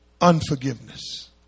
Unforgiveness